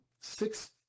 six